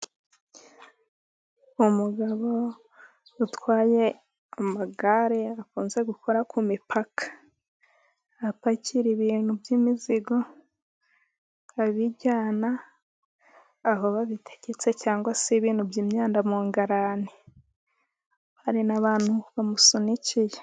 Umugabo utwaye amagare akunze gukora ku mipaka. Apakira ibintu by'imizigo, abijyana aho babitegetse cyangwa se bintu by' imyanda mu ngarani. Hari n'abantu bamusunikiye.